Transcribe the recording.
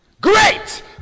Great